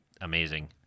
Amazing